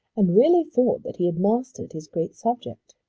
and really thought that he had mastered his great subject.